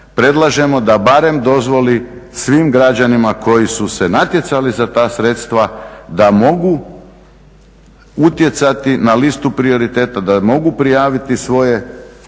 predlažemo da barem dozvoli svim građanima koji su se natjecali za ta sredstva da mogu utjecati na listu prioriteta da mogu prijaviti svoje